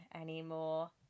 anymore